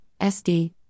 SD